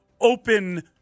open